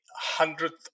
hundredth